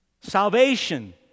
Salvation